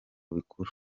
bikuru